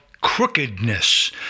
crookedness